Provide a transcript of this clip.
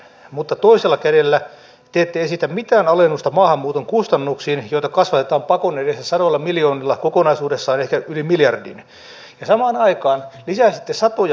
energia ja ilmastopoliittinen käännekohta siitä toki tulee vasta siinä vaiheessa kun nämä kunnianhimoiset tavoitteet toivottavasti laitetaan käytäntöön ja toivottavasti myös mahdollisimman pian